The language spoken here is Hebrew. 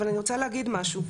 אבל אני רוצה להגיד משהו,